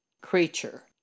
creature